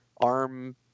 arm